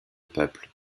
peuple